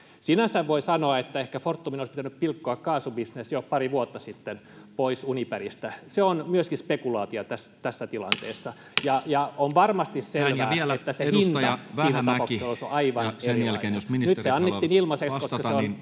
Sinänsä voi sanoa, että ehkä Fortumin olisi pitänyt pilkkoa kaasubisnes jo pari vuotta sitten pois Uniperistä. Se on myöskin spekulaatiota tässä tilanteessa. Ja on varmasti selvää, että se hinta siinä vaiheessa on aivan erilainen. Nyt se annettiin ilmaiseksi, koska se on